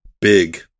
Big